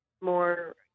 more